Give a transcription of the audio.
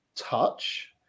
Touch